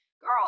girl